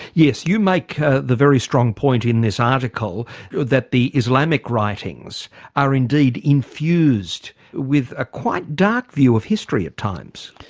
yes. you make the very strong point in this article that the islamic writings are indeed infused with a quite dark view of history at times.